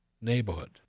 Neighborhood